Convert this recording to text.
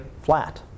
flat